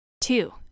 Two